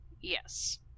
Yes